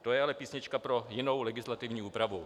To je ale písnička pro jinou legislativní úpravu.